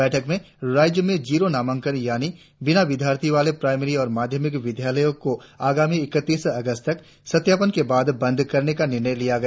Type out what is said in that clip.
बैठक में राज्य में जीरो नामांकन यानि बिना विद्यार्थी वाले प्राईमरी और माध्यमिक विद्यालयों को आगामी इकतीस अगस्त तक सत्यापन के बाद बंद करने का निर्णय लिया गया